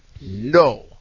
no